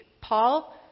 Paul